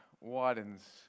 widens